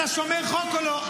אתה שומר חוק או לא?